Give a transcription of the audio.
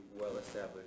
well-established